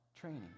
training